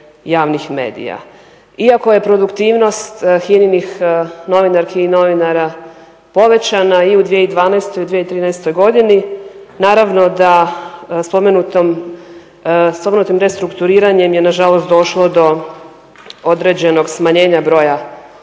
Iako je produktivnost HINA-inih novinarki i novinara povećana i u 2012. i u 2013. godini naravno da spomenutim restrukturiranjem je na žalost došlo do određenog smanjenja broja radnika